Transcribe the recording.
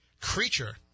creature